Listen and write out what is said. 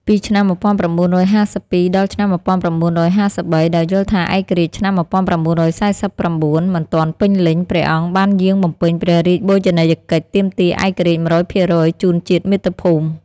ពីឆ្នាំ១៩៥២ ដល់ឆ្នាំ១៩៥៣ ដោយយល់ថាឯករាជ្យឆ្នាំ១៩៤៩ មិនទាន់ពេញលេញ ព្រះអង្គបានយាងបំពេញព្រះរាជបូជនីយកិច្ចទាមទារឯករាជ្យ ១០០% ជូនជាតិមាតុភូមិ។